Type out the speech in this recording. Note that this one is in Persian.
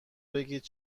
بگید